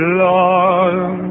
long